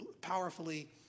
powerfully